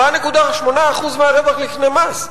4.8% מהרווח לפני מס.